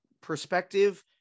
perspective